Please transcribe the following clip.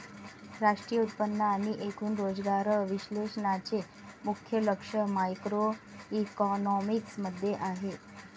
राष्ट्रीय उत्पन्न आणि एकूण रोजगार विश्लेषणाचे मुख्य लक्ष मॅक्रोइकॉनॉमिक्स मध्ये आहे